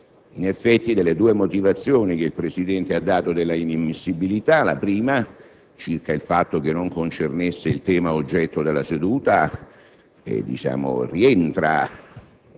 In effetti, delle due motivazioni che il Presidente ha dato della inammissibilità, la prima, ovvero il fatto che non concernesse il tema oggetto della seduta, rientra